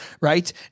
Right